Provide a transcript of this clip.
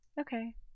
Okay